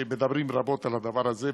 שמדברים רבות על הדבר הזה,